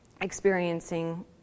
experiencing